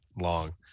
long